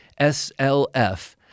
slf